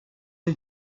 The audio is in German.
der